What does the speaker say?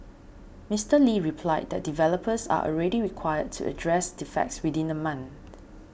Mister Lee replied that developers are already required to address defects within a month